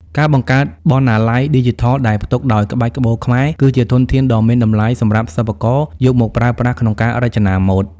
ការបង្កើតបណ្ណាល័យឌីជីថលដែលផ្ទុកដោយក្បាច់ក្បូរខ្មែរ គឺជាធនធានដ៏មានតម្លៃសម្រាប់សិប្បករយកមកប្រើប្រាស់ក្នុងការរចនាម៉ូដ។